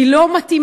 היא לא מתאימה,